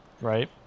right